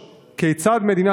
ואכן הדברים ידועים ומתבררים.